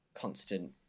constant